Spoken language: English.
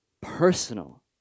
personal